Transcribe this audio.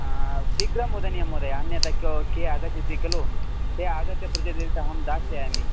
शीघ्रं वदनीयं महोदय अन्यथा के के आगच्छन्ति खलु ते आगत्य पृच्छन्ते च इति अहं दास्यामि